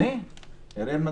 זה מאוד שונה.